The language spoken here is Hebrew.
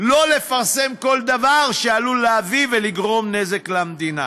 שלא לפרסם כל דבר שעלול להביא ולגרום נזק למדינה,